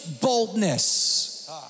boldness